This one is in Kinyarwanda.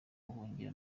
buhungiro